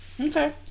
Okay